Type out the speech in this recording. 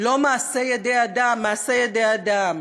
לא מעשה ידי אדם, מעשה ידי אדם.